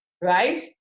right